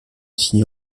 suis